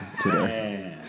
Today